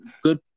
good